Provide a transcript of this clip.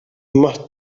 más